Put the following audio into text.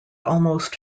almost